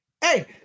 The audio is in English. Hey